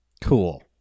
Cool